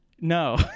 No